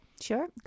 sure